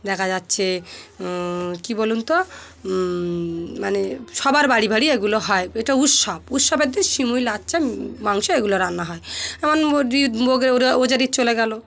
দেখা যাচ্ছে কী বলুন তো মানে সবার বাড়ি বাড়ি এগুলো হয় এটা উৎসব উৎসবের দিন শিমুই লাচ্চা মাংস এগুলো রান্না হয় এমন ব ও রোজার ঈদ চলে গেলো